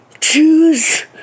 choose